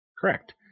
Correct